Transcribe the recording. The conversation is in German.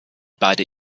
beide